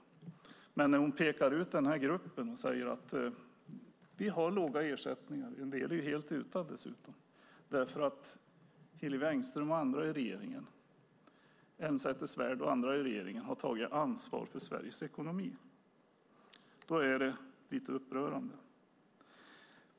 När Hillevi Engström pekar ut den här gruppen och säger att vi har låga ersättningar - en del är dessutom helt utan - därför att hon, Elmsäter-Svärd och andra i regeringen har tagit ansvar för Sveriges ekonomi är det upprörande.